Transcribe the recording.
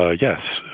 ah yes,